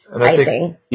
icing